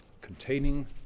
containing